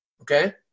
Okay